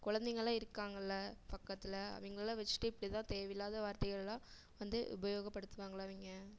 குழந்தைங்கள்லாம் இருக்காங்கள்ல பக்கத்தில் அவங்களாம் வெச்ட்டே இப்படி தான் தேவை இல்லாத வார்த்தைகளெலாம் வந்து உபயோகப்படுத்துவாங்களா அவிங்க